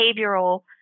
behavioral